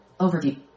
Overview